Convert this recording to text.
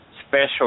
special